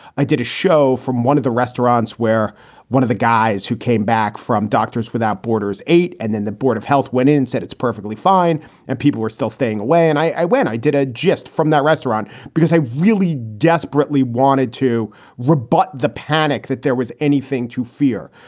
i did a show from one of the restaurants where one of the guys who came back from doctors without borders eight and then the board of health went in and said it's perfectly fine and people were still staying away. and i went i did a just from that restaurant because i really desperately wanted to rebut the panic that there was anything to fear.